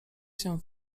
się